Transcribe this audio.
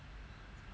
no